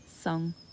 song